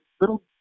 little